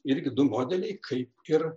irgi du modeliai kaip ir